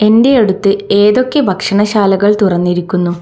എന്റെയടുത്ത് ഏതൊക്കെ ഭക്ഷണശാലകൾ തുറന്നിരിക്കുന്നു